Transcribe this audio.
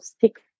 six